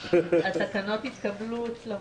התקנות התקבלו אצלו.